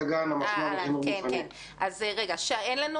גיא, שאלתי על בנות דתיות.